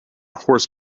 horse